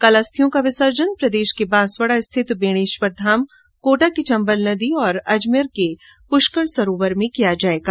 कल अस्थियों का विसर्जन प्रदेश के बांसवाडा स्थित बेणेश्वर धाम कोटा की चम्बल नदी और अजमेर के पुष्कर सरोवर में किया जायेगा